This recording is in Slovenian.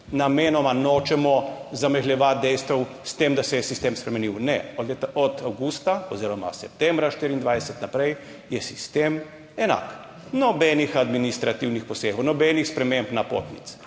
Namenoma nočemo zamegljevati dejstev s tem, da se je sistem spremenil, ne od avgusta oziroma septembra 2024 naprej je sistem enak. Nobenih administrativnih posegov, nobenih sprememb napotnic.